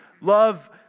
love